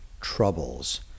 troubles